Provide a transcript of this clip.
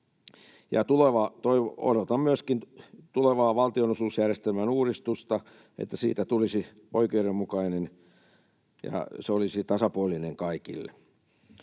Odotan myöskin tulevaa valtionosuusjärjestelmän uudistusta, että siitä tulisi oikeudenmukainen ja se olisi tasapuolinen kaikille.